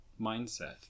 mindset